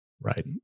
Right